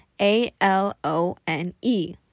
A-L-O-N-E